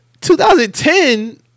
2010